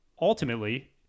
ultimately